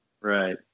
Right